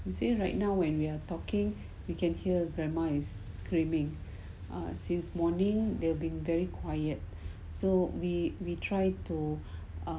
say right now when we're talking you can hear grandma is screaming err since morning they've been very quiet so we we try to